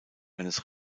eines